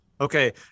Okay